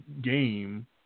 game